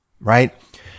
right